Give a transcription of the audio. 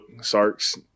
Sark's